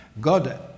God